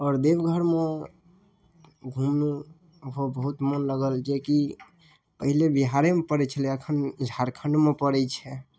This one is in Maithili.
आओर देवघरमे घुमू ओहोमे बहुत मोन लागल जेकि पहिले बिहारेमे पड़ै छलै एखन झारखण्डमे पड़ै छै